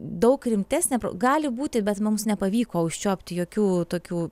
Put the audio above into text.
daug rimtesnė gali būti bet mums nepavyko užčiuopti jokių tokių